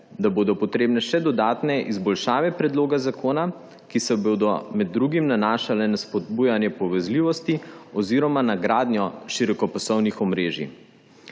da bodo potrebne še dodatne izboljšave predloga zakona, ki se bodo med drugim nanašale na spodbujanje povezljivosti oziroma na gradnjo širokopasovnih omrežij.